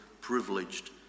privileged